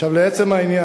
עכשיו, לעצם העניין,